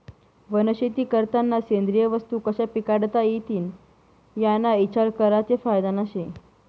वनशेती करतांना सेंद्रिय वस्तू कशा पिकाडता इतीन याना इचार करा ते फायदानं शे